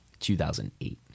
2008